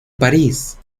parís